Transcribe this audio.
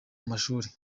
mashuri